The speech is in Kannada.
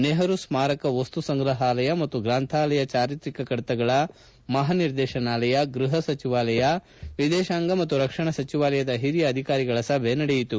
ನೆಪರು ಸ್ನಾರಕ ವಸ್ತು ಸಂಗ್ರಹಾಲಯ ಮತ್ತು ಗ್ರಂಥಾಲಯ ಚಾರಿತ್ರಿಕ ಕಡತಗಳ ಮಹಾನಿರ್ದೇಶನಾಲಯ ಗ್ರಹಸಚಿವಾಲಯ ವಿದೇಶಾಂಗ ಮತ್ತು ರಕ್ಷಣಾ ಸಚಿವಾಲಯದ ಹಿರಿಯ ಅಧಿಕಾರಿಗಳ ಸಭಿ ನಡೆಯಿತು